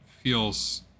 feels